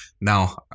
now